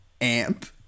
amp